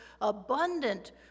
abundant